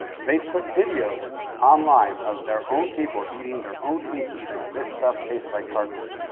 they put videos online of their own people eating their own pizza saying this stuff tastes like cardboard.